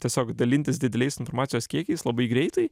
tiesiog dalintis dideliais informacijos kiekiais labai greitai